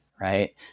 right